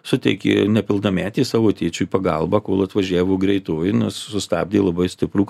suteikė nepilnametė savo tėčiui pagalbą kol atvažiavo greitoji nes sustabdė labai stiprų